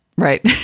Right